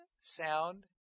sound